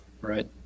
right